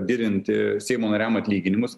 didinti seimo nariam atlyginimus